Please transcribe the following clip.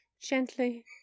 Gently